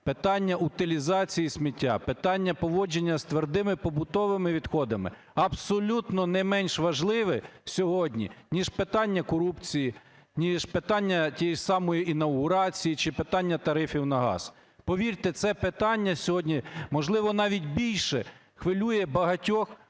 питання утилізації сміття, питання поводження з твердими побутовими відходами абсолютно не менш важливе сьогодні, ніж питання корупції, ніж питання тієї самої інавгурації чи питання тарифів на газ. Повірте, це питання сьогодні, можливо, навіть більше хвилює багатьох, в тому